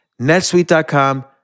netsuite.com